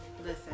Listen